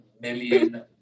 million